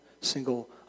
single